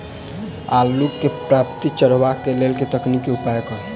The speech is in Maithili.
आलु केँ पांति चरावह केँ लेल केँ तकनीक केँ उपयोग करऽ?